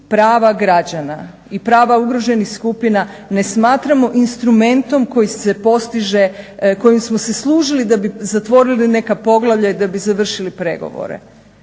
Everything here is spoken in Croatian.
prava građana i prava ugroženih skupina ne smatramo instrumentom koji se postiže kojim smo se služili da bi zatvorili neka poglavlja i da bi završili pregovore.